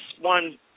one